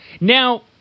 Now